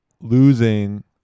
losing